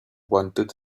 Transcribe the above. wanted